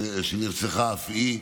שנרצחה אף היא.